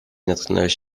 natknąłeś